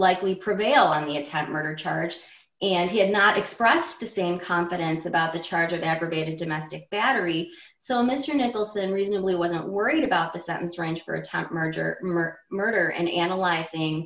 likely prevail in the attempt murder charge and he had not expressed the same confidence about the charge of aggravated domestic battery so mr nicholson reasonably wasn't worried about the sentence range for a time murder murder murder and analyzing